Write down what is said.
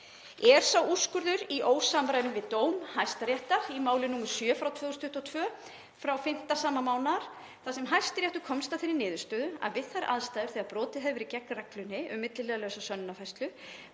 Er sá úrskurður í ósamræmi við dóm Hæstaréttar í máli nr. 7/2022 frá 5. sama mánaðar þar sem Hæstiréttur komst að þeirri niðurstöðu að við þær aðstæður þegar brotið hefði verið gegn reglunni um milliliðalausa sönnunarfærslu